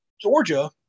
Georgia